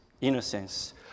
innocence